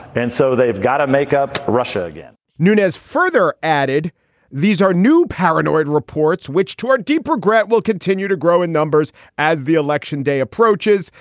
and so they've got to make up russia again nunez further added these are new paranoid reports which toward deep regret will continue to grow in numbers as the election day approaches.